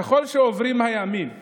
ככל שעוברים הימים והשעות,